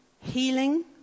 Healing